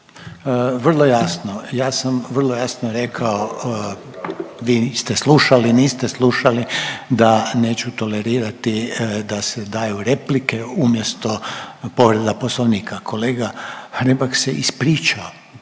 Vrlo jasno. Ja sam vrlo jasno rekao, vi ste slušali, niste slušali da neću tolerirati da se daju replike umjesto povreda Poslovnika. Kolega Hrebak se ispričao.